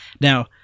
Now